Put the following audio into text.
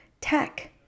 tech